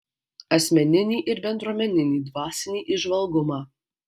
asmeninį ir bendruomeninį dvasinį įžvalgumą